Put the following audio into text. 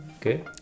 Good